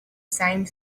same